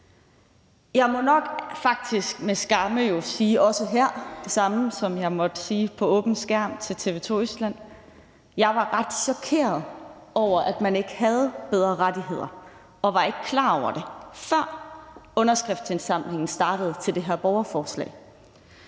skærm til TV 2 Østjylland: Jeg var ret chokeret over, at man ikke havde bedre rettigheder, og var ikke klar over det, før underskriftindsamlingen startede til det her borgerforslag.